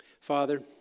Father